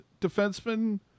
defenseman